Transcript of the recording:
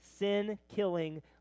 sin-killing